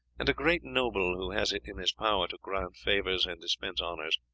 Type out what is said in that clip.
and a great noble, who has it in his power to grant favours and dispense honours,